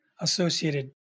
associated